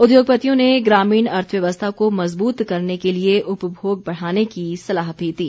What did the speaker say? उद्योगपतियों ने ग्रामीण अर्थव्यवस्था को मजबूत करने के लिए उपभोग बढ़ाने की सलाह भी दी